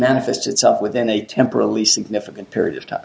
manifest itself within a temporally significant period of time